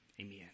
Amen